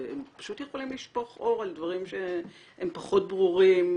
והם פשוט יכולים לשפוך אור על דברים שהם פחות ברורים